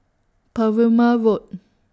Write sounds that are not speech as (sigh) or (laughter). Perumal Road (noise)